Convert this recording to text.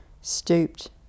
Stooped